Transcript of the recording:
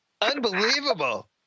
Unbelievable